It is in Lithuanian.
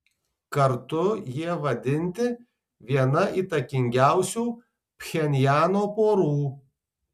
kartu jie vadinti viena įtakingiausių pchenjano porų